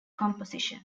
composition